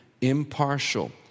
impartial